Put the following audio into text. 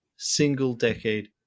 single-decade